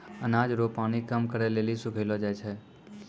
अनाज रो पानी कम करै लेली सुखैलो जाय छै